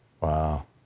Wow